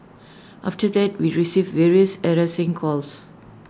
after that we received various harassing calls